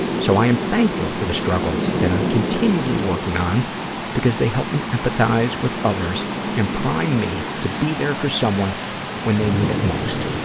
so, i am thankful for the struggles that i am continually working on because they help me empathize with others and prime me to be there for someone when they need it most.